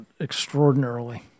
extraordinarily